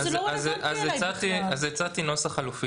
מה זה קשור?